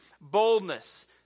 boldness